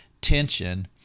tension